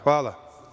Hvala.